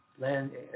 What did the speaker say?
land